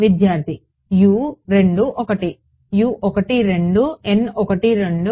విద్యార్థి U 2 1